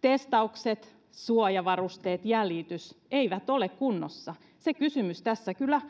testaukset suojavarusteet jäljitys eivät ole kunnossa se huoli tässä kyllä